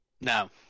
No